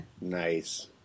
Nice